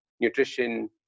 nutrition